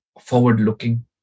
forward-looking